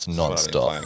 non-stop